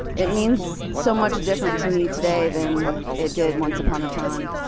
it means so much different to me today than it did once upon a time.